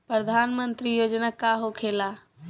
प्रधानमंत्री योजना का होखेला?